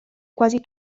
quasi